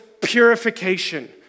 purification